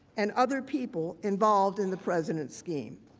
and other people involved in the president scheme.